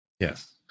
Yes